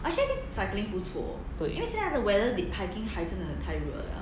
对